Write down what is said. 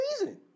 reason